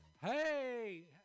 Hey